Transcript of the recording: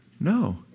No